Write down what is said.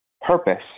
purpose